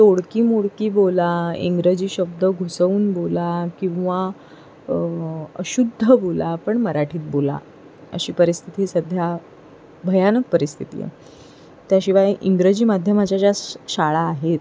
तोडकी मोडकी बोला इंग्रजी शब्द घुसवून बोला किंवा अशुद्ध बोला पण मराठीत बोला अशी परिस्थिती सध्या भयानक परिस्थिती आहे त्याशिवाय इंग्रजी माध्यमाच्या ज्या श शाळा आहेत